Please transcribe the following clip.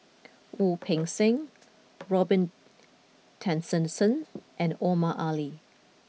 Wu Peng Seng Robin Tessensohn and Omar Ali